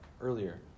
earlier